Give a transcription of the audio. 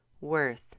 worth